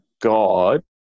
God